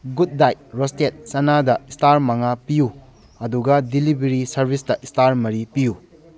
good diet roasted ꯆꯅꯥꯗ star ꯃꯉꯥ ꯄꯤꯌꯨ ꯑꯗꯨꯒ ꯗꯤꯂꯤꯚꯔꯤ ꯁꯔꯚꯤꯁꯇ ꯏꯁꯇꯥꯔ ꯃꯔꯤ ꯄꯤꯌꯨ